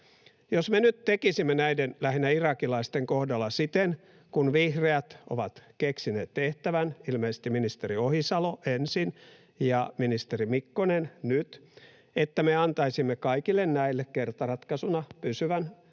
Jos me nyt tekisimme näiden, lähinnä irakilaisten, kohdalla siten kuin vihreät ovat keksineet tehtävän — ilmeisesti ministeri Ohisalo ensin ja ministeri Mikkonen nyt — että me antaisimme kaikille näille kertaratkaisuna